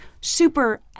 super